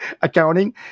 accounting